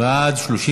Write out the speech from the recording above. להצביע.